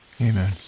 Amen